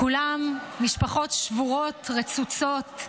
כולן משפחות שבורות, רצוצות.